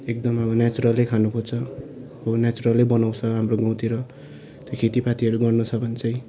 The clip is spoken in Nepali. एकदमै अब नेचरलै खानु खोज्छ हो नेचरलै बनाउँछ हाम्रो गाउँतिर खेतीपातीहरू गर्नु छ भने चाहिँ